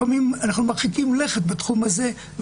אנחנו לפעמים מרחיקים לכת בתחום הזה,